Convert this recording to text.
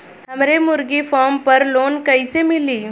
हमरे मुर्गी फार्म पर लोन कइसे मिली?